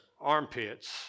armpits